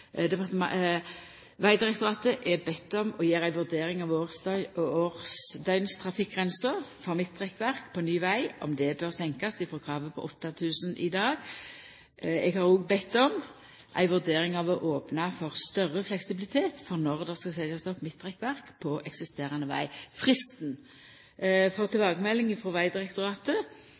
trafikktryggleikstiltaket. Vegdirektoratet er bedt om å gjera ei vurdering av om årsdøgertrafikkgrensa for midtrekkverk på ny veg bør senkast frå kravet i dag på 8 000. Eg har òg bedt om ei vurdering av å opna for større fleksibilitet for når det skal setjast opp midtrekkverk på eksisterande veg. Fristen for tilbakemelding frå Vegdirektoratet